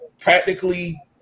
practically